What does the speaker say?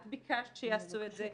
את ביקשת שיעשו את זה.